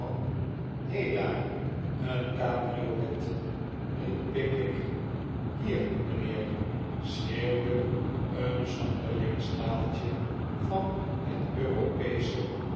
hei daar een cabriolet riep pickwick hier mijnheerl schreeuwde een zonderling staaltje van het europeesche